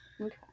Okay